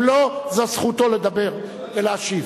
אם לא, זו זכותו לדבר ולהשיב.